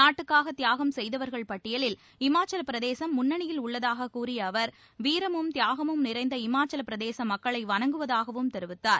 நாட்டுக்காக தியாகம் செய்தவர்கள் பட்டியலில் இமாச்சலப்பிரதேசம் முன்னனியில் உள்ளதாக கூறிய அவர் வீரமும் தியாகமும் நிறைந்த இமாச்சலப்பிரதேச மக்களை வணங்குவதாகவும் தெரிவித்தார்